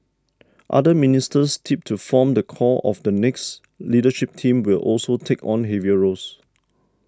other ministers tipped to form the core of the next leadership team will also take on heavier roles